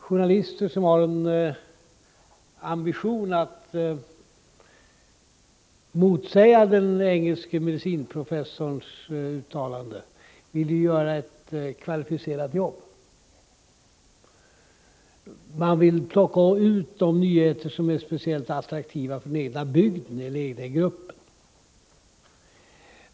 Journalister som har en ambition att motsäga den engelske medicinprofessorns uttalande vill ju göra ett kvalificerat jobb. De vill plocka ut de nyheter som är speciellt attraktiva för den egna bygden eller för den egna gruppen.